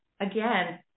again